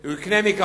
הוא יקנה כחול-לבן,